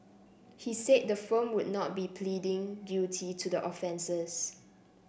he said the firm would not be pleading guilty to the offences